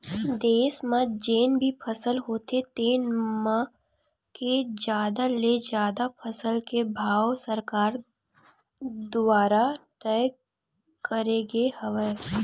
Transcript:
देस म जेन भी फसल होथे तेन म के जादा ले जादा फसल के भाव सरकार दुवारा तय करे गे हवय